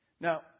Now